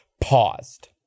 paused